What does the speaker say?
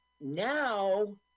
now